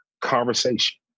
conversation